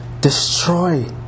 destroy